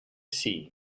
sea